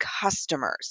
customers